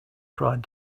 cried